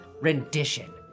Rendition